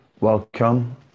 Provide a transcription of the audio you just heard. Welcome